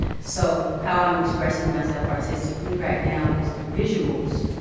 so how i'm expressing myself artistically right now is through visuals.